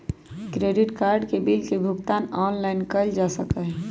credit card के bill के भुगतान ऑनलाइन कइल जा सका हई